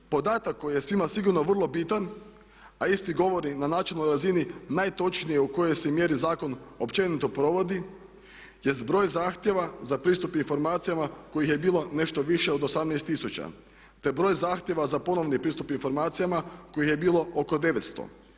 Podatak koji je svima sigurno vrlo bitan, a isti govori na načelnoj razini najtočnije u kojoj se mjeri zakon općenito provodi jest broj zahtjeva za pristup informacijama kojih je bilo nešto više od 18000, te broj zahtjeva za ponovni pristup informacijama kojih je bilo oko 900.